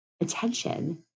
attention